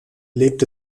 lebte